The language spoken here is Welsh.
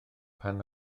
pan